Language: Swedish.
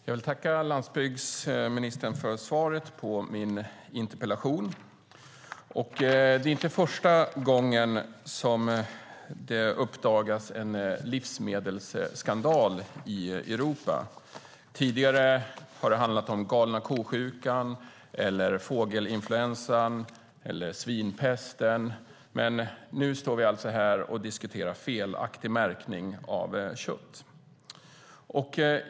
Fru talman! Jag vill tacka landsbygdsministern för svaret på min interpellation. Det är inte första gången som det uppdagas en livsmedelsskandal i Europa. Tidigare har det handlat om galna ko-sjukan, fågelinfluensan eller svinpesten, men nu står vi här och diskuterar felaktig märkning av kött.